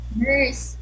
nurse